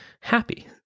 happy